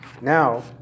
Now